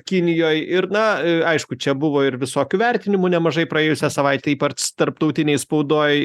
kinijoj ir na aišku čia buvo ir visokių vertinimų nemažai praėjusią savaitę ypač tarptautinėj spaudoj